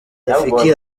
rafiki